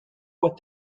what